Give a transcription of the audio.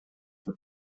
for